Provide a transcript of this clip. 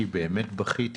כי באמת בכיתי